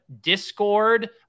discord